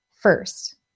first